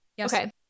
Okay